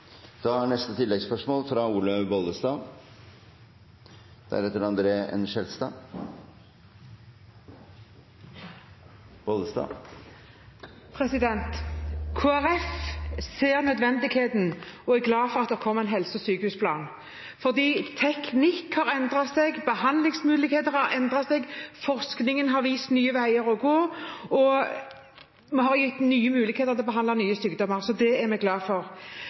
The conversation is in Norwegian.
Olaug V. Bollestad – til oppfølgingsspørsmål. Kristelig Folkeparti ser nødvendigheten av, og er glad for at det kommer, en helse- og sykehusplan fordi teknikk har endret seg, behandlingsmuligheter har endret seg, forskningen har vist nye veier å gå, og vi har fått mulighet til å behandle nye sykdommer, så det er vi glade for.